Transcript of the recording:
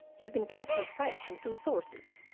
you've been catching fright from two sources.